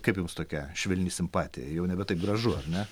kaip jums tokia švelni simpatija jau nebe taip gražu ar ne